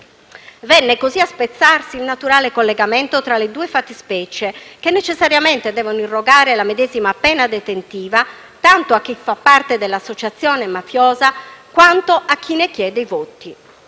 Venne così a spezzarsi il naturale collegamento tra le due fattispecie, che necessariamente devono irrogare la medesima pena detentiva, tanto a chi fa parte dell'associazione mafiosa, quanto a chi ne chiede i voti,